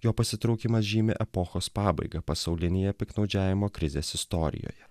jo pasitraukimas žymi epochos pabaigą pasaulinėje piktnaudžiavimo krizės istorijoje